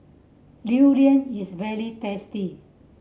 durian is very tasty